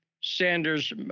Sanders